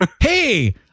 Hey